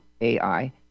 AI